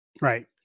Right